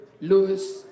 Lewis